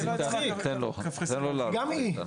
גם היא.